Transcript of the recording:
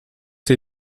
sie